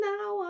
Now